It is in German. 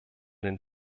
den